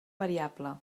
variable